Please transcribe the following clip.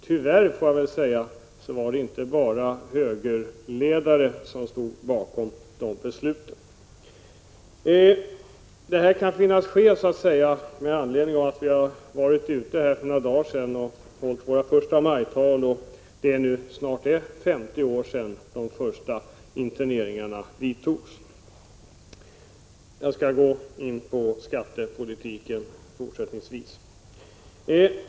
Tyvärr, får jag väl säga, var det inte bara högerledare som stod bakom de besluten. Det kan finnas anledning att erinra om det, när vi nu för några dagar sedan har varit ute och hållit våra förstamajtal och det snart är 50 år sedan de första interneringarna vidtogs. Jag skall gå in på skattepolitiken fortsättningsvis.